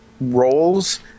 roles